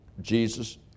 Jesus